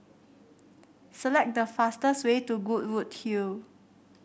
select the fastest way to Goodwood Hill